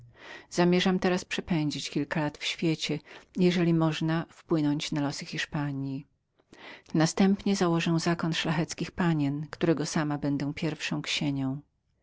zamierzam teraz przepędzić kilka lat w świecie i jeżeli można wpłynąć na losy hiszpanji następnie założę zakon szlacheckich panien którego sama będę pierwszą ksienią